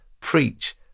preach